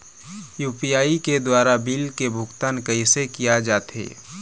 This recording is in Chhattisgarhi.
यू.पी.आई के द्वारा बिल के भुगतान कैसे किया जाथे?